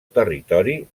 territori